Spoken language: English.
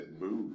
boo